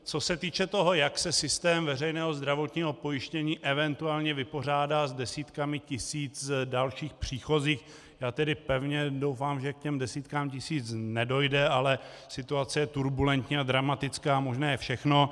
Co se týče toho, jak se systém veřejného zdravotního pojištění eventuálně vypořádá s desítkami tisíc dalších příchozích, já tedy pevně doufám, že k těm desítkám tisíc nedojde, ale situace je turbulentní a dramatická a možné je všechno.